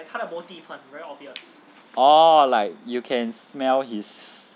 oh like you can smell his